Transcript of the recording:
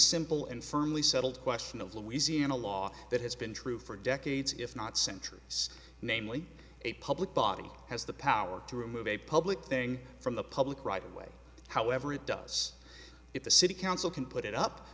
simple and firmly settled question of louisiana law that has been true for decades if not centuries namely a public body has the power to remove a public thing from the public right away however it does if the city council can put it up